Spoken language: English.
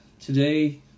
today